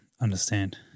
understand